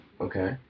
Okay